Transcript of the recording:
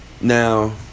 Now